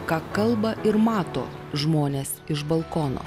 ką kalba ir mato žmonės iš balkono